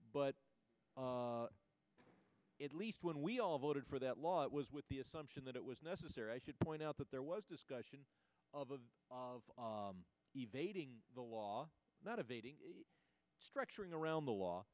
but at least when we all voted for that law it was with the assumption that it was necessary i should point out that there was discussion of of of evading the law not evading structuring around the law